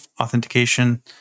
authentication